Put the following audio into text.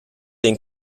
den